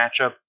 matchup